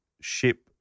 ship